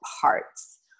parts